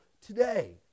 today